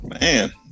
Man